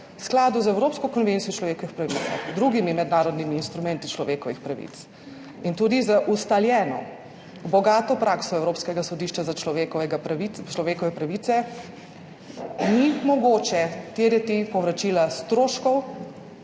skladu z Evropsko konvencijo o človekovih pravic in drugimi mednarodnimi instrumenti človekovih pravic in tudi z ustaljeno bogato prakso Evropskega sodišča za človekove pravice ni mogoče terjati povračila stroškov